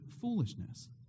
foolishness